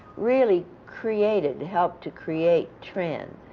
really created, helped to create, trends.